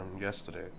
yesterday